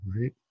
right